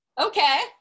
Okay